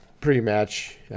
pre-match